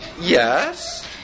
yes